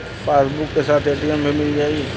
Passbook के साथ ATM भी मील जाई?